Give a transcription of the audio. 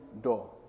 door